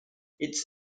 its